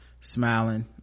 smiling